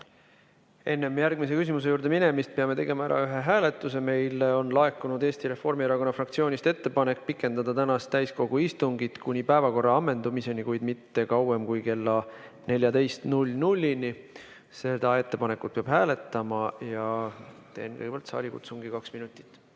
Enne järgmise küsimuse juurde minemist peame tegema ära ühe hääletuse. Meile on laekunud Eesti Reformierakonna fraktsioonist ettepanek pikendada tänast täiskogu istungit kuni päevakorra ammendumiseni, kuid mitte kauem kui kella 14-ni. Seda ettepanekut peab hääletama. Teen kõigepealt saalikutsungi kaks minutit.